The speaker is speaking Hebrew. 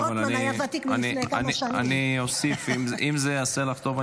אני אוסיף, אם זה יעשה לך טוב -- כן.